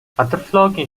антропологийн